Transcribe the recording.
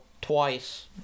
twice